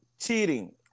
cheating